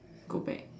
go back